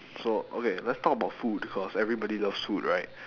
so okay let's talk about food cause everybody loves food right